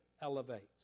elevates